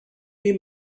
mean